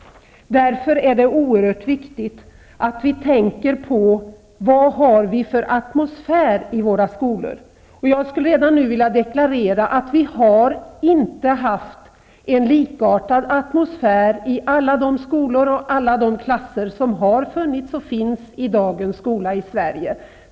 Därför är det oerhört viktigt att vi tänker på vad vi har för atmosfär i våra skolor. Jag skulle redan nu vilja deklarera att vi inte har haft en likartad atmosfär i alla de skolor och alla de klasser som har funnits och finns i dagens skola i Sverige.